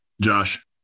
Josh